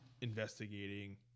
investigating